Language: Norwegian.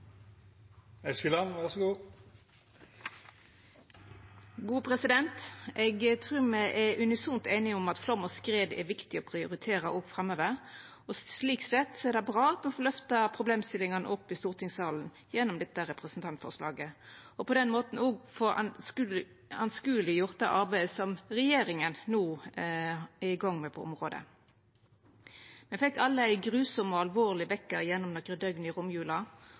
unisont einige om at flaum og skred er viktig å prioritera òg framover. Slik sett er det bra at me får løfta problemstillingane opp i stortingssalen gjennom dette representantforslaget, og på den måten òg får åskodeleggjort det arbeidet som regjeringa no er i gang med på området. Me fekk alle ein grufull og alvorleg vekkjar gjennom nokre døgn i romjula,